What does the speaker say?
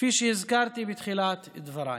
כפי שהזכרתי בתחילת דבריי.